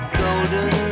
golden